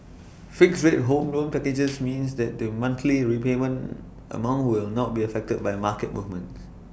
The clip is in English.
fixed rate home loan packages means that the monthly repayment amount will not be affected by market movements